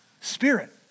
spirit